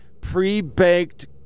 pre-baked